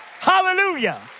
Hallelujah